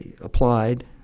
applied